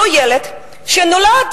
אותו ילד שנולד,